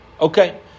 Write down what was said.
Okay